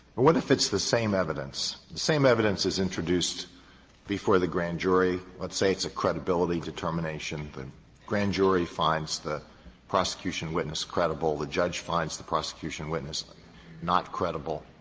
and what if it's the same evidence, the same evidence is introduced before the grand jury. let's say it's a credibility determination. the grand jury finds the prosecution witness credible, the judge finds the prosecution witness um not credible.